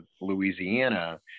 Louisiana